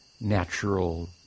natural